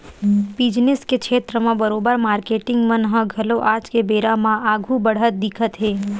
business के छेत्र म बरोबर मारकेटिंग मन ह घलो आज के बेरा म आघु बड़हत दिखत हे